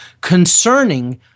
concerning